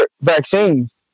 vaccines